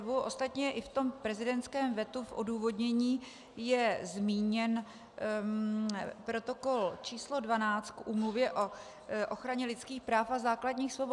Ostatně i v prezidentském vetu, v odůvodnění, je zmíněn protokol č. 12 k Úmluvě o ochraně lidských práv a základních svobod.